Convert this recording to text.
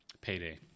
payday